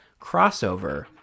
crossover